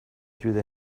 through